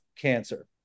cancer